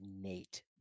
Nate